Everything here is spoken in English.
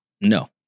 no